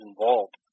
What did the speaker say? involved